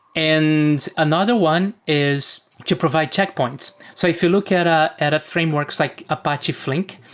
and another one is to provide checkpoints. so if you look at um at frameworks like apache flink,